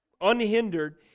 unhindered